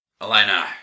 Elena